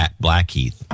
Blackheath